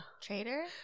traitor